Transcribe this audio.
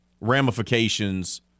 ramifications